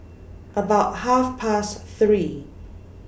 about Half Past three